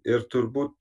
ir turbūt